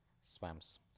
swamps